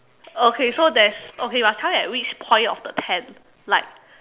okay so there's okay must tell me at which point of the tent like